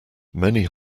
many